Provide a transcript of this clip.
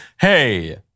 hey